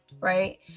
right